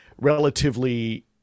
relatively